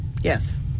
Yes